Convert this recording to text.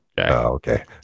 Okay